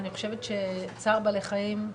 אני חושבת שצער בעלי חיים,